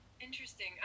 Interesting